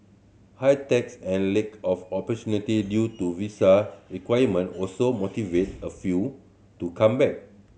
high tax and lack of opportunity due to visa requirement also motivate a few to come back